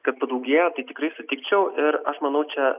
kad padaugėjo tai tikrai sutikčiau ir aš manau čia